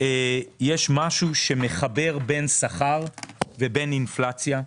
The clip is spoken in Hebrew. יש משהו שמחבר בין שכר ובין אינפלציה.